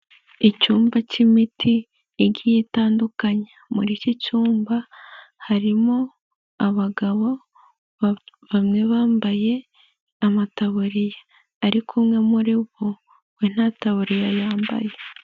Icyumba k'imiti igiye itandukanye. Muri iki cyumba harimo abagabo bamwe bambaye amataburiya ariko umwe muri bo we nta taburiya yambaye.